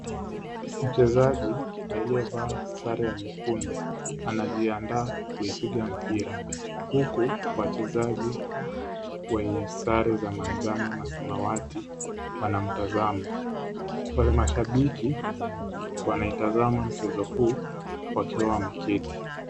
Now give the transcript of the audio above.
Mchezaji aliyevaa sare ya nyekundu anajiandaa kupiga mpira huku wachezaji wenye sare za manjano na samawati wanamtazama, mashabiki wanatazama mchezo huu wakiwa wameketi.